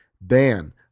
ban